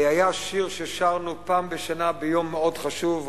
היה שיר ששרנו פעם בשנה ביום מאוד חשוב,